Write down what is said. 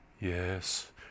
Yes